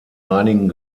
einigen